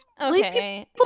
Okay